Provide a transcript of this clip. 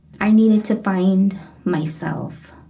i needed to find myself.